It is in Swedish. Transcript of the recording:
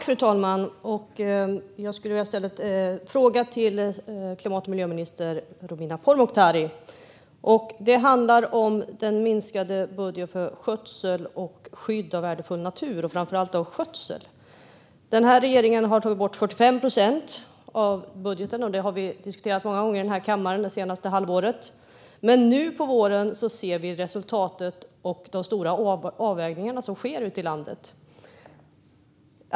Fru talman! Jag skulle vilja ställa en fråga till klimat och miljöminister Romina Pourmokhtari. Den handlar om den minskade budgeten för skötsel och skydd av värdefull natur - framför allt skötsel. Regeringen har tagit bort 45 procent av budgeten för detta, vilket vi har diskuterat många gånger i kammaren under det senaste halvåret. Men nu på våren ser vi resultatet och de svåra avvägningar som görs ute i landet.